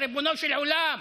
ריבונו של עולם?